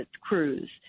cruise